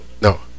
no